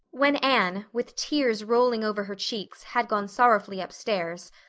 when anne, with tears rolling over her cheeks, had gone sorrowfully upstairs,